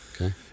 Okay